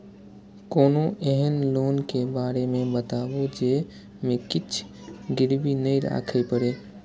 कोनो एहन लोन के बारे मे बताबु जे मे किछ गीरबी नय राखे परे?